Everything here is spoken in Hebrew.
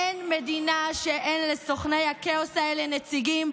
אין מדינה שאין בה לסוכני הכאוס האלה נציגים,